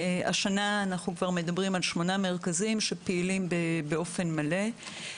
השנה אנחנו כבר מדברים על שמונה מרכזים פעילים באופן מלא.